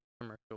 commercial